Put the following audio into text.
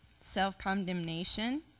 self-condemnation